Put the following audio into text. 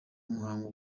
muhango